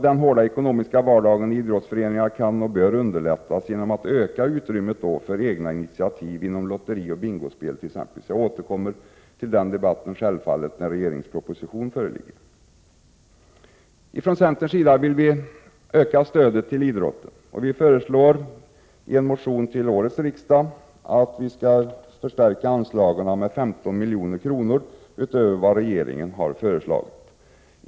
Den hårda, ekonomiska vardagen i idrottsföreningar kan och bör underlättas genom att utrymmet för egna initiativ utökas genom lotterier och bingospel. Jag återkommer till den debatten när regeringens proposition föreligger. Centern vill öka stödet till idrotten och föreslår i en motion till årets riksmöte att anslagen skall höjas med 15 milj.kr. utöver vad regeringen har föreslagit.